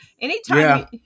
anytime